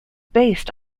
based